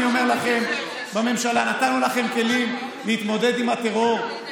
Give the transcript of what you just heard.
אני אומר לכם בממשלה נתנו לכם כלים להתמודד עם הטרור,